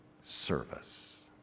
service